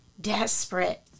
desperate